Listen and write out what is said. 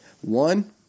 One